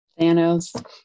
Thanos